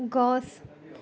গছ